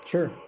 Sure